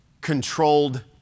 controlled